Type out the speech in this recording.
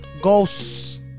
ghosts